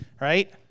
right